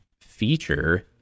feature